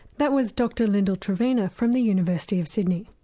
that was dr lyndal trevena from the university of sydney.